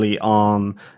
on